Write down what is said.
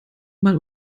mal